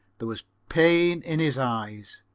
there was pain in his eyes.